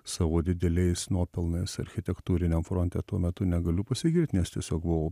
savo dideliais nuopelnais architektūriniam fronte tuo metu negaliu pasigirt nes tiesiog buvau